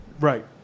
Right